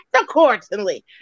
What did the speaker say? accordingly